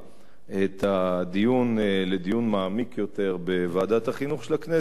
הדיון לדיון מעמיק יותר בוועדת החינוך של הכנסת היתה,